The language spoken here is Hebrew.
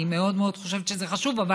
אני מאוד חושבת שזה חשוב,